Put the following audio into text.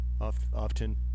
often